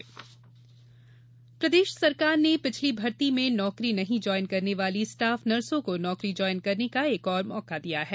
nurse भर्ती प्रदेश सरकार ने पिछली भर्ती में नौकरी नहीं ज्वाईन करने वाली स्टाफ नर्सो को नौकरी ज्वाईन करने का एक और मौका दिया है